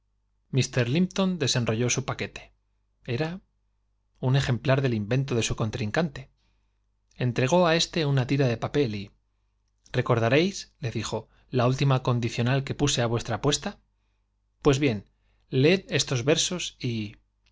limpton desenrolló su paquete era un ejem del invento de contrincante entregó á éste plar su una tira de papel y recordaréis le dijo la última condicional á pues bien leed esos que puse vuestra apuesta versos y